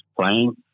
playing